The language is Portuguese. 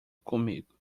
comigo